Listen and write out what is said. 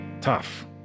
tough